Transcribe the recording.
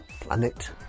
Planet